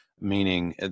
Meaning